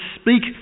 speak